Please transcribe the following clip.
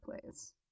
plays